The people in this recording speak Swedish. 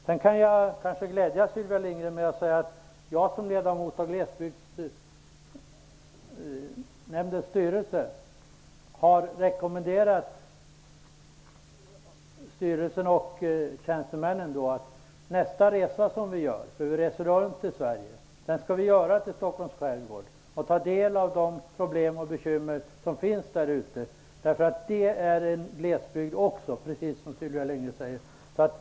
Sedan kan jag glädja Sylvia Lindgren med att säga att jag som ledamot av Glesbygdsnämndens styrelse har rekommenderat styrelsen och tjänstemännen att vi skall göra nästa resa, för vi reser runt i Sverige, till Stockholms skärgård och ta del av de problem och bekymmer som finns där ute. Det är också en glesbygd, precis som Sylvia Lindgren säger.